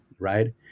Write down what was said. Right